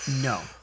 no